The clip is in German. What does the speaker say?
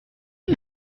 die